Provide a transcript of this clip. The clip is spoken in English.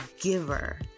giver